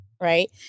right